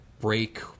break